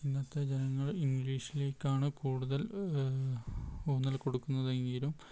ഇന്നത്തെ ജനങ്ങൾ ഇംഗ്ലീഷിലേക്കാണ് കൂടുതൽ ഊന്നൽ കൊടുക്കുന്നത് എങ്കിലും